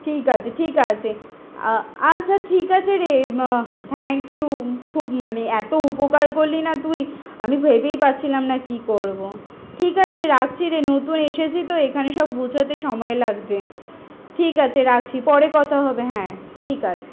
ঠিক আছে ঠিক আছে আচ্ছা ঠিক আছে রে থ্যাংক ইউ খুব মানে এতো উপকার করলি না তুই আমি ভেবেই পারছিলাম না কী করবো ঠিক আছে রাখছি রে নতুন এসেছি তো এখানে সব গুছোতে সময় লাগছে ঠিক আছে রাখছি পরে কথা হবে হ্যাঁ ঠিক আছে